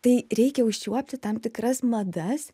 tai reikia užčiuopti tam tikras madas